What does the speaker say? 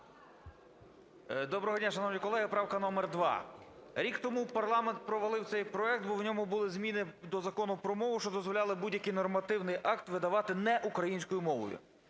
Доброго дня, шановні колеги! Правка номер 2. Рік тому парламент провалив цей проект, бо в ньому були зміни до Закону про мову, що дозволяли будь-який нормативний акт видавати не українською мовою.